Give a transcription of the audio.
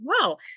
wow